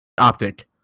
Optic